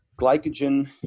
glycogen